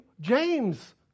James